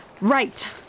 Right